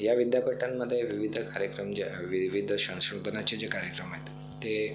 ह्या विद्यापीठांमधे विविध कार्यक्रम जे आहे विविध संशोधनाचे जे कार्यक्रम आहेत ते